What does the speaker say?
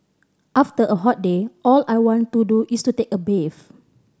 after a hot day all I want to do is to take a bath